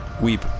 Weep